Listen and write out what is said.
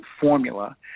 formula